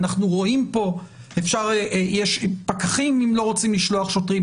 יש פקחים אם לא רוצים לשלוח שוטרים.